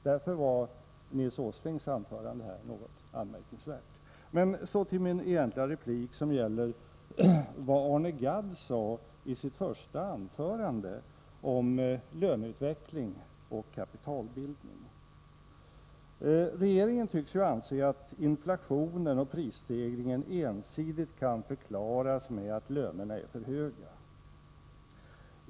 Därför var Nils Åslings anförande här något anmärkningsvärt. Så till min egentliga replik, som gäller vad Arne Gadd sade i sitt första anförande om löneutvecklingen och kapitalbildningen. Regeringen tycks ju anse att inflationen och prisstegringen ensidigt kan förklaras med att lönerna är för höga.